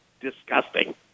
disgusting